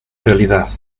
realidad